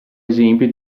esempio